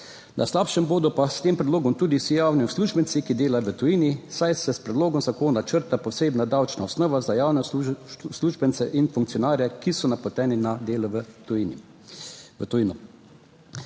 Na slabšem bodo pa s tem predlogom tudi vsi javni uslužbenci, ki delajo v tujini, saj se s predlogom zakona črta posebna davčna osnova za javne uslužbence in funkcionarje, ki so napoteni na delo v tujino.